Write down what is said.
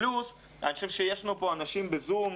אני חושב שיש לנו פה אנשים בזום,